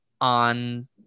on